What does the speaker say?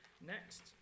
next